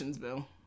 Bill